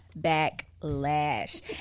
backlash